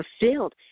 fulfilled